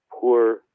poor